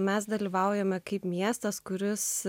mes dalyvaujame kaip miestas kuris